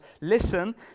listen